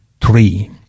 three